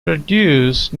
produced